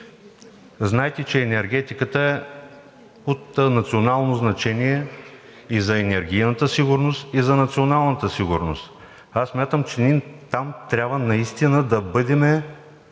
Знаете, че енергетиката е от национално значение и за енергийната сигурност, и за националната сигурност. Смятам, че там трябва наистина да бъдем